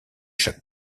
chaque